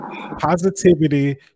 positivity